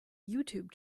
youtube